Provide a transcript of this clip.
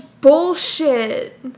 bullshit